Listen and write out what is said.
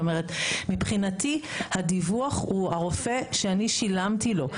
מבחינתי הדיווח הוא הרופא שאני שילמתי לו,